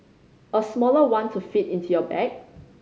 a smaller one to fit into your bag